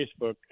Facebook